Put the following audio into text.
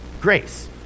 grace